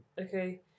Okay